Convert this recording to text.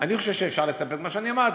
אני חושב שאפשר להסתפק במה שאמרתי.